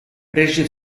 прежде